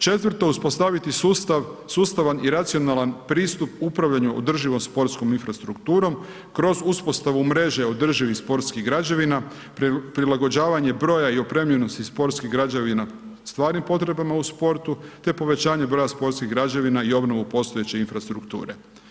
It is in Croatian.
Četvrto, uspostaviti sustavan i racionalan pristup upravljanju održivom sportskom infrastrukturom kroz uspostavu mreže održivih sportskih građevina, prilagođavanje broja i opremljenosti sportskih građevina stvarnim potrebama u sportu te povećanje broja sportskih građevina i obnovu postojeće infrastrukture.